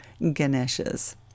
Ganeshas